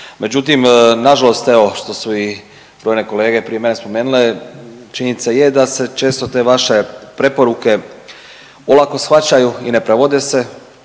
Međutim, nažalost evo i što su i brojne kolege prije mene spomenule, činjenica je da se često te vaše preporuke olako shvaćaju i ne provode se,